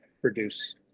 produce